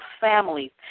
families